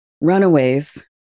runaways